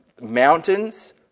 mountains